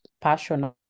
passion